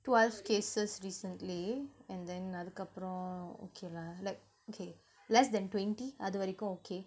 twelve cases recently and then அதுக்கப்றம்:athukkapram okay lah like okay less than twenty அது வரைக்கும்:athu varaikkum okay